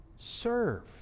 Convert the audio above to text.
serve